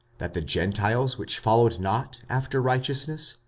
that the gentiles, which followed not after righteousness,